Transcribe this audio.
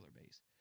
Base